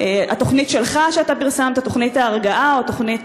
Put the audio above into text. התוכנית שלך, שאתה פרסמת, תוכנית ההרגעה או תוכנית